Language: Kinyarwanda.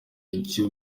icyo